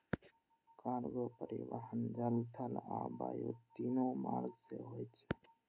cargo परिवहन जल, थल आ वायु, तीनू मार्ग सं होय छै